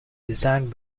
designed